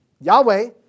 Yahweh